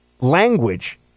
language